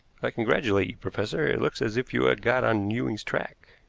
i congratulate you, professor it looks as if you had got on ewing's track.